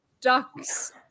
ducks